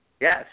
Yes